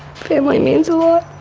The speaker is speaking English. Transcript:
family means a lot.